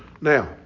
Now